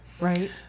right